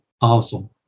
Awesome